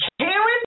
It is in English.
Karen